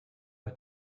hat